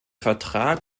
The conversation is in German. vertrag